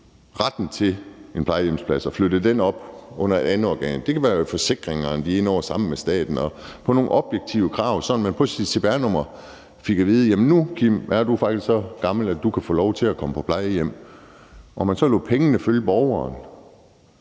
retten til en plejehjemsplads og flyttede den op under et andet organ – det kunne være, at det forsikringsmæssige gik sammen med staten, så man under nogle objektive krav via sit cpr-nummer fik at vide: Nu er du faktisk så gammel, at du kan få lov til at komme på plejehjem. Så kunne man lade pengene følge borgeren